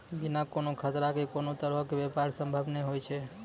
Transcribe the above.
बिना कोनो खतरा के कोनो तरहो के व्यापार संभव नै होय छै